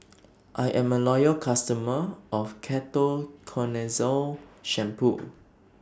I'm A Loyal customer of Ketoconazole Shampoo